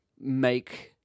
make